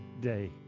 day